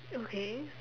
okay